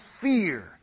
fear